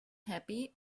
happy